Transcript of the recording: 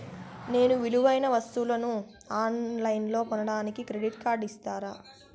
నేను విలువైన వస్తువులను ఆన్ లైన్లో కొనడానికి క్రెడిట్ కార్డు ఇస్తారా?